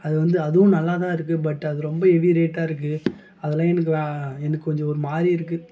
அதுவந்து அதுவும் நல்லாதான் இருக்குது பட் அது ரொம்ப ஹெவி ரேட்டாக இருக்குது அதல்லாம் எனக்கு எனக்கு கொஞ்சம் ஒருமாதிரி இருக்குது